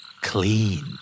clean